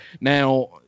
Now